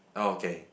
oh okay